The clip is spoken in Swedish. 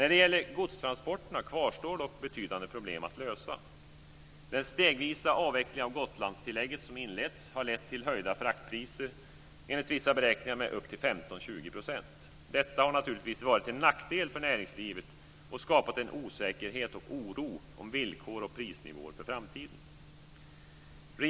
När det gäller godstransporterna kvarstår dock betydande problem att lösa. Den stegvisa avveckling av Gotlandstillägget som inletts har lett till höjda fraktpriser - enligt vissa beräkningar med upp till 15 20 %. Detta har naturligtvis varit en nackdel för näringslivet och skapat en osäkerhet och en oro kring villkor och prisnivåer för framtiden.